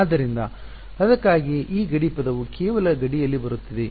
ಆದ್ದರಿಂದ ಅದಕ್ಕಾಗಿಯೇ ಈ ಗಡಿ ಪದವು ಕೇವಲ ಗಡಿಯಲ್ಲಿ ಬರುತ್ತಿದೆ